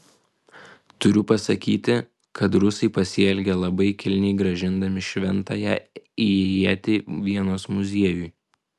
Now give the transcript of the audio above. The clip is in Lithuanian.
turiu pasakyti kad rusai pasielgė labai kilniai grąžindami šventąją ietį vienos muziejui